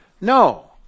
No